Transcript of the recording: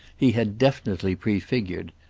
he had definitely prefigured.